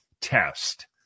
test